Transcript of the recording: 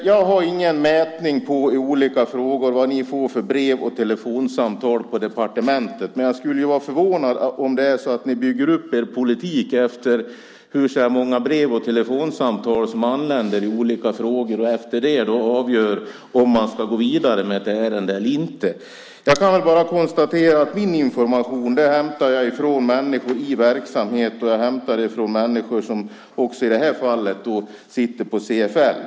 Jag har ingen mätning på vad ni får för brev och telefonsamtal på departementet, men jag skulle vara förvånad om ni bygger upp er politik efter hur många brev och telefonsamtal som anländer i olika frågor. Efter det avgör ni om ni ska gå vidare med ett ärende eller inte. Jag kan bara konstatera att jag hämtar min information från människor i verksamhet och från människor som, i det här fallet, sitter på CFL.